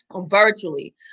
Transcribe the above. virtually